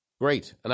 Great